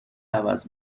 عوض